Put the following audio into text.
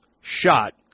shot